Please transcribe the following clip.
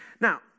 Now